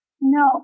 No